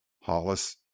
hollis